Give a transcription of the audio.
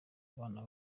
abana